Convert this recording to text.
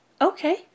Okay